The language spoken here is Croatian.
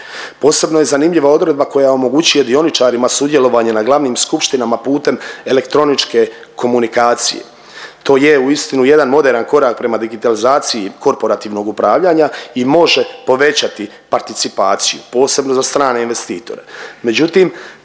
Posebno je zanimljiva odredba koja omogućuje dioničarima sudjelovanje na glavnim skupštinama putem elektroničke komunikacije. To je uistinu jedan moderan korak prema digitalizaciji korporativnog upravljanja i može povećati participaciju, posebno za strane investitore, međutim,